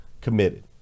committed